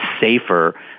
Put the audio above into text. safer